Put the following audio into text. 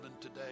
today